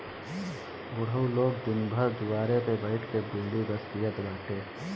बुढ़ऊ लोग दिन भर दुआरे पे बइठ के बीड़ी बस पियत बाटे